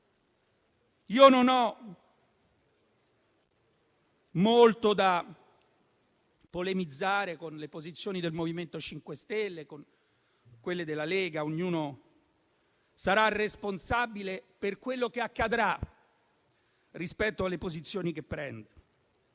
Io non ho molto da polemizzare con le posizioni del MoVimento 5 Stelle o con quelle della Lega: ognuno sarà responsabile per quello che accadrà rispetto alle posizioni che prende.